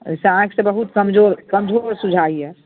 एहिसँ आँखिसँ बहुत कमजोर कमजोर सुझाइया